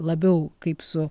labiau kaip su